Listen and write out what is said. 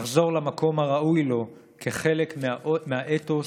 לחזור למקום הראוי לו כחלק מהאתוס